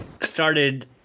started